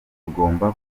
tugomba